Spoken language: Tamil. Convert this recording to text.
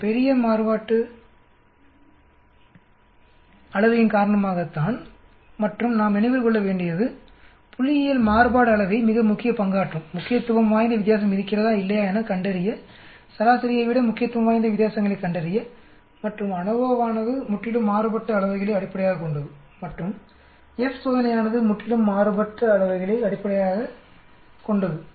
இந்த பெரிய மாறுபாட்டு அளவையின் காரணமாகத்தான் மற்றும் நாம் நினைவில் கொள்ள வேண்டியது புள்ளியியல்படி மாறுபாடு அளவை மிக முக்கிய பங்காற்றும் முக்கியத்துவம் வாய்ந்த வித்தியாசம் இருக்கிறதா இல்லையா எனக் கண்டறிய சராசரியைவிட முக்கியத்துவம் வாய்ந்த வித்தியாசங்களை கண்டறிய மற்றும் அநோவாவானது முற்றிலும் மாறுபாட்டு அளவைகளை அடிப்படையாகக் கொண்டது மற்றும் F சோதனையானது முற்றிலும் மாறுபாட்டு அளவைகளை அடிப்படையாகக் கொண்டது